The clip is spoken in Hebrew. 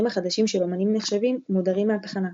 החדשים של אמנים נחשבים מודרים מהתחנה.